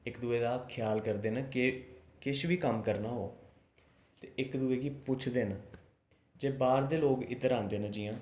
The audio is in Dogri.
इक दुए दा ख्याल करदे न के किश बी कम्म करना होऐ ते इक दुए गी पुछदे न जे बाह्र दे लोग इद्धर औंदे न जि'यां